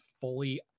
fully